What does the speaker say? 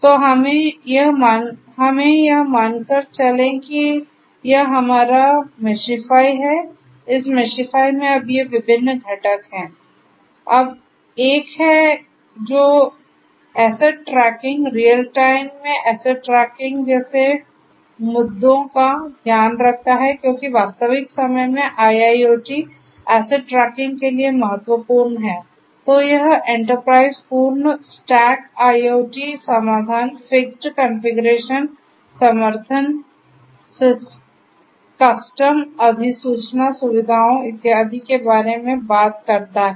तो हमें यह मानकर चलें कि यह हमारा मशीफई में अब ये विभिन्न घटक हैं अब 1 है जो एसेट ट्रैकिंग रियल टाइम में एसेट ट्रैकिंग जैसे मुद्दों का ध्यान रखता है क्योंकि वास्तविक समय में IIoT एसेट ट्रैकिंग के लिए महत्वपूर्ण है तो यह एंटरप्राइज पूर्ण स्टैक IoT समाधान फिक्स्ड कॉन्फ़िगरेशन समर्थन कस्टम अधिसूचना सुविधाओं इत्यादि के बारे में बात करता है